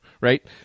right